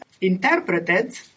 interpreted